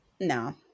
No